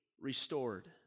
restored